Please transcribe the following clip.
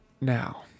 Now